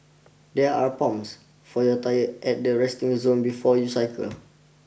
there are pumps for your tyres at the resting zone before you cycle